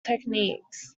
techniques